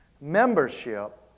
Membership